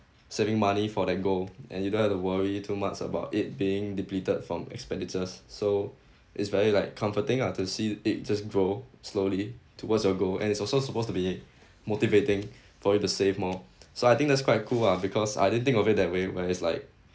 saving money for that goal and you don't have to worry too much about it being depleted from expenditures so it's very like comforting ah to see it just grow slowly towards your goal and it's also supposed to be motivating for you to save more so I think that's quite cool ah because I didn't think of it that way where it's like